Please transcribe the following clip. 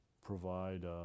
provide